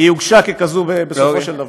היא הוגשה ככזו בסופו של דבר.